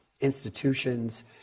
institutions